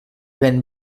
ven